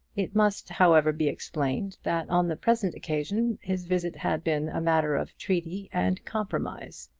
it must, however, be explained, that on the present occasion his visit had been a matter of treaty and compromise.